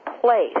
place